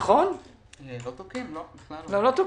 לא תוקעים.